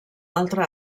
altre